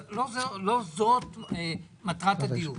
לא זאת מטרת הדיון.